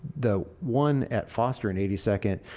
the one at foster and eighty second,